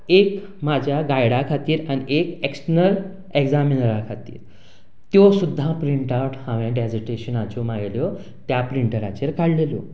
एक म्हज्या गायडा खातीर आनी एक एक्सटर्नल एग्जामिनरा खातीर त्यो सुद्दां प्रिंट आवट हांवें डेजिटेशनाच्यो म्हज्या त्या प्रिंटराचेर काडिल्ल्यो